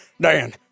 Dan